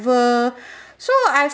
so I